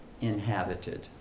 inhabited